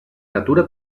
natura